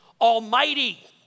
Almighty